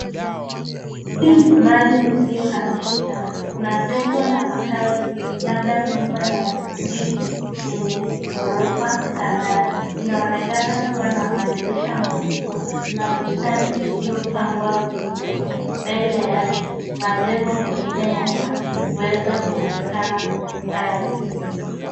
Hii ni mali isyohamishika . Kuna jengo la makazi labda nyumba ya jiji lenye ghorofa kadhaa inaonekana kuwa na madirisha makubwa na bustani hili lililopangwa vizuri mbele yake. Majengo mengine yanaweza kuonekana kwa umbali.